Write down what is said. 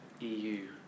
EU